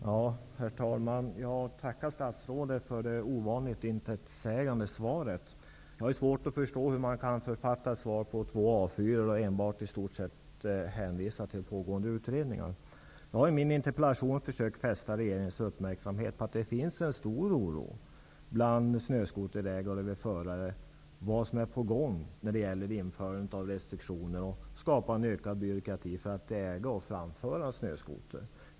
Herr talman! Jag tackar statsrådet för det ovanligt intetsägande svaret. Jag har svårt att förstå hur man kan författa ett svar på två A4-sidor genom att i stort sett enbart hänvisa till pågående utredningar. Jag har i min interpellation försökt fästa regeringens uppmärksamhet på att det finns en stor oro bland snöskoterägare och förare för ett införande av restriktioner. Det finns en oro för att det kommer att skapas en ökad byråkrati för att man skall få äga och köra en snöskoter.